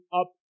up